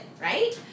right